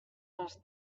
les